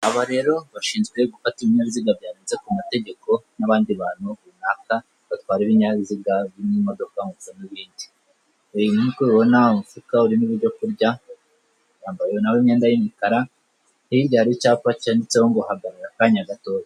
Aba rero bashinzwe gufata ibinyabiziga byarenze ku mategeko n'abandi bantu runaka batwara ibinyabiziga birimo imodoka ndetse n'ibindi. Nk'uko mubinona, uyu mufuka urimo ibyo kurya, bambaye n'imyenda y'imikara, hirya hariho icyapa cyanditseho ngo hagarara akanya gatoya.